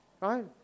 Right